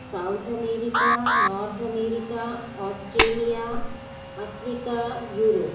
south America north America Australia Africa Europe